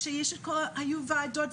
היו ועדות,